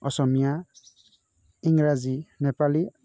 Asamiya Inraji Nepali